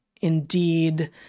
indeed